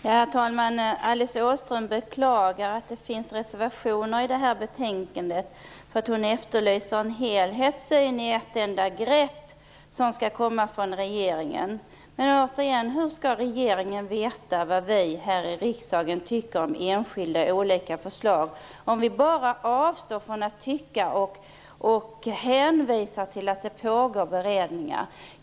Herr talman! Alice Åström beklagar att det finns reservationer i det här betänkandet. Hon efterlyser en helhetssyn i ett enda grepp som skall komma från regeringen. Men återigen: Hur skall regeringen veta vad vi här i riksdagen tycker om olika enskilda förslag om vi bara avstår från att tycka och hänvisar till att det pågår beredningar?